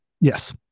Yes